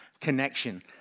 connection